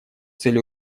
цели